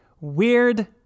weird